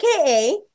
aka